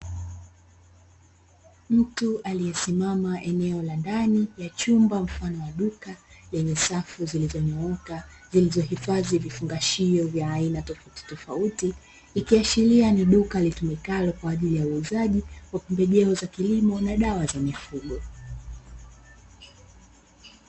Mtu aliyesimama eneo la ndani ya chumba mfano wa duka, lenye safu zilizonyooka zilizohifadhi vifungashio vya aina tofautitofauti, ikiashiria ni duka litumikalo kwa ajili ya uuzaji wa pembejeo za kilimo na dawa za mifugo.